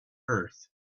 earth